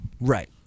Right